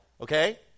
okay